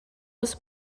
los